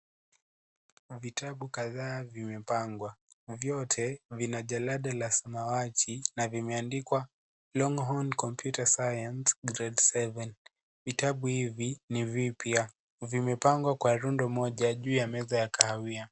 Kuna vitabu kadhaa vimepangwa. Vyote vina jalada la samawati na vimeandikwa Longhorn Computer Science Grade 7 . Vitabu hivi ni vipya. Vimepangwa kwa rundo moja juu ya meza ya kahawia.